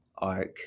arc